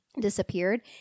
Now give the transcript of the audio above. disappeared